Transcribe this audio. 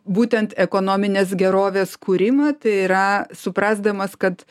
būtent ekonominės gerovės kūrimą tai yra suprasdamas kad